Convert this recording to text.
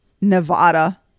nevada